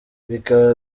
bikaba